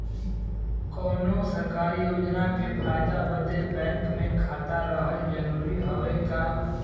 कौनो सरकारी योजना के फायदा बदे बैंक मे खाता रहल जरूरी हवे का?